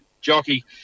jockey